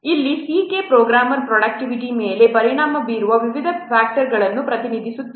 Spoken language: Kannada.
ಇಲ್ಲಿ C k ಪ್ರೋಗ್ರಾಮರ್ ಪ್ರೋಡಕ್ಟಿವಿಟಿ ಮೇಲೆ ಪರಿಣಾಮ ಬೀರುವ ವಿವಿಧ ಫ್ಯಾಕ್ಟರ್ಗಳನ್ನು ಪ್ರತಿನಿಧಿಸುತ್ತದೆ